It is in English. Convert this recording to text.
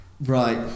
right